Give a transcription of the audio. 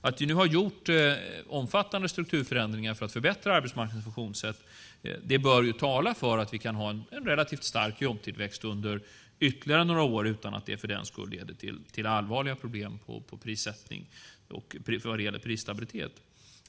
Att vi nu har gjort omfattande strukturförändringar för att förbättra arbetsmarknadens funktionssätt bör tala för att vi kan ha en relativt stark jobbtillväxt under ytterligare några år utan att det för den skull leder till allvarliga problem vad gäller prissättning och prisstabilitet.